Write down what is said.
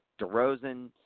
DeRozan